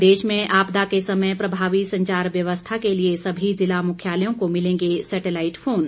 प्रदेश में आपदा के समय प्रभावी संचार व्यवस्था के लिए सभी ज़िला मुख्यालयों को मिलेंगे सैटेलाईट फोन